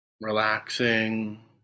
relaxing